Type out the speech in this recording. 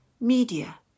Media